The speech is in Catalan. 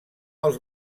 els